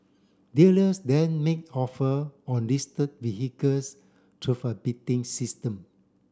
dealers then make offer on listed vehicles through a bidding system